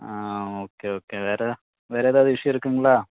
ஆ okay okay வேறு வேறு எதாவது இஷு இருக்குங்களா